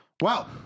Wow